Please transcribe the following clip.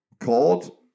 called